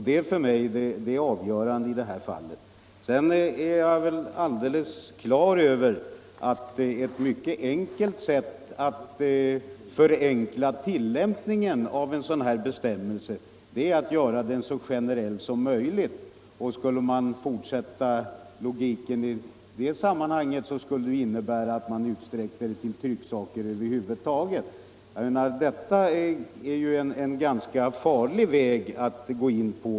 Detta är för mig avgörande i det här fallet. Jag är alldeles klar över att det bästa sättet att förenkla tillämpningen av en bestämmelse är att göra den så generell som möjligt. Skulle man fortsätta logiken i det sammanhanget, skulle det ju innebära att man utsträckte skatten till alla trycksaker över huvud taget. Det är enligt min mening en ganska farlig väg att gå.